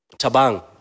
Tabang